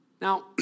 Now